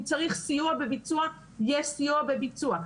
אם צריך סיוע בביצוע, יש סיוע בביצוע.